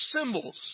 symbols